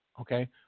Okay